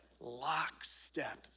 lockstep